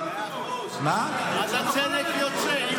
אז הצדק יוצא.